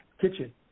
kitchen